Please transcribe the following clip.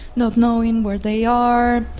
not knowing where they are,